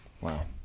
Wow